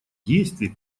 действий